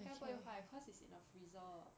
应该不会坏：ying gai bu hui huai cause it's in the freezer